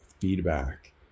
feedback